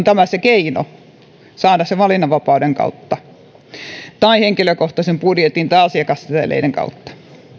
tämä se keino saada se valinnanvapauden kautta tai henkilökohtaisen budjetin tai asiakasseteleiden kautta